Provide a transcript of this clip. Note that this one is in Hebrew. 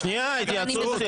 שנייה, התייעצות.